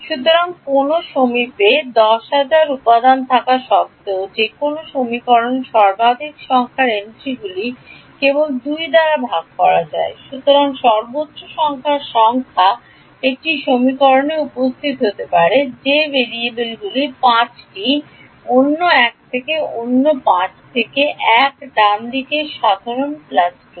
সুতরাং কোনও সমীপে 10000 উপাদান থাকা সত্ত্বেও যে কোনও সমীকরণে সর্বাধিক সংখ্যার এন্ট্রিগুলি কেবল ২ দ্বারা ভাগ করা যায় সুতরাং সর্বোচ্চ সংখ্যার সংখ্যা একটি সমীকরণে উপস্থিত হতে পারে যে ভেরিয়েবলগুলি 5 টি অন্য 1 থেকে অন্য 5 থেকে 1 ডান দিকের সাধারণ প্লাস 2